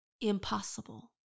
impossible